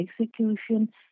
execution